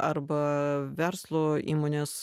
arba verslo įmonės